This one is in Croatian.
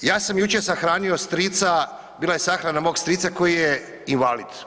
Ja sam jučer sahranio strica, bila je sahrana mog strica koji je invalid.